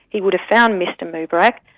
he would have found mr moubarak,